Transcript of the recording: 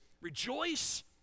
Rejoice